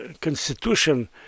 constitution